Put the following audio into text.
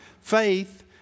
Faith